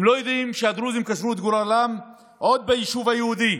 הם לא יודעים שהדרוזים קשרו את גורלם עוד ביישוב היהודי,